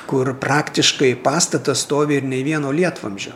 kur praktiškai pastatas stovi ir nei vieno lietvamzdžio